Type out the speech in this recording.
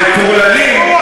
המטורללים,